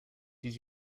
did